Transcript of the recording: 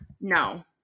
No